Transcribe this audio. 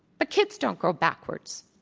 but kids don't grow backwards,